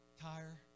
tire